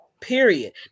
period